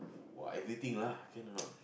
!wah! everything lah can or not